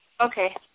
Okay